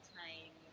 time